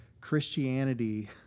Christianity